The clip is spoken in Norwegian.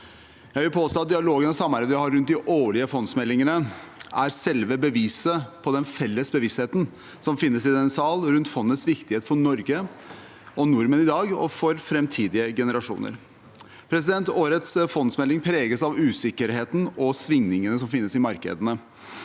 Jeg vil påstå at dialogen og samarbeidet vi har rundt de årlige fondsmeldingene, er selve beviset på den felles bevisstheten som finnes i denne salen rundt fondets viktighet for Norge og nordmenn i dag og for fremtidige generasjoner. Årets fondsmelding preges av usikkerheten og svingningene som finnes i markedene,